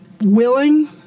willing